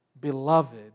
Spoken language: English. beloved